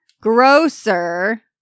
grocer